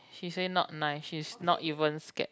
she say not nice she's not even scared